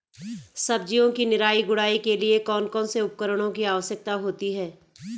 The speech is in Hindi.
सब्जियों की निराई गुड़ाई के लिए कौन कौन से उपकरणों की आवश्यकता होती है?